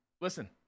listen